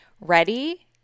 Ready